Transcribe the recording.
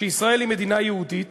שישראל היא מדינה יהודית